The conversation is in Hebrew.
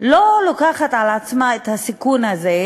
לא לוקחת על עצמה את הסיכון הזה,